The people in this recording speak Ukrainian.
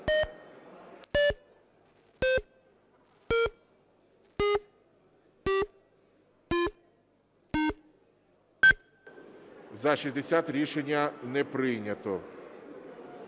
За-72 Рішення не прийнято.